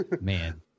man